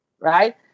right